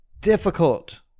Difficult